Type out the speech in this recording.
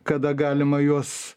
kada galima juos